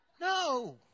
No